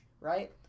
right